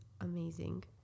amazing